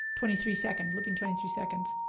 twenty three seconds. looping twenty three seconds.